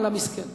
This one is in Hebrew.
על המסכן.